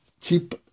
keep